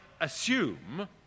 assume